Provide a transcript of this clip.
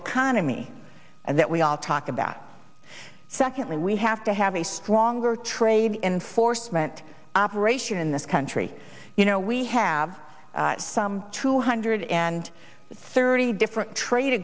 economy and that we all talk about secondly we have to have a stronger trade enforcement operation in this country you know we have some two hundred and thirty different trade